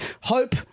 Hope